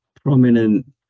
prominent